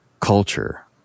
culture